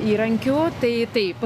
įrankių tai taip